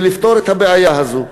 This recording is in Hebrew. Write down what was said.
לפתור את הבעיה הזאת.